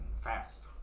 Fast